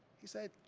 he said,